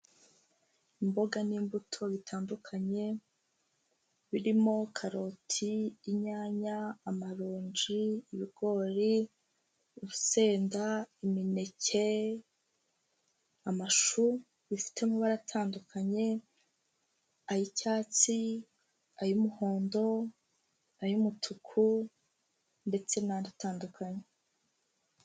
Imboga n'imbuto bitandukanye birimo karoti, inyanya, amaronji, ibigori urusenda, imineke, amashu bifite amabara atandukanye, ay'icyatsi ay'umuhondo ay'umutuku, ndetse n'andi atandukanye.